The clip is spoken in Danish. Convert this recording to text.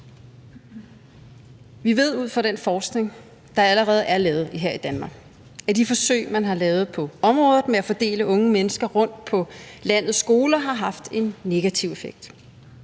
Vi ved ud fra den forskning, der allerede er lavet her i Danmark, at de forsøg, man har lavet på området, med at fordele unge mennesker rundt på landets skoler har haft en negativ effekt.